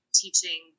teaching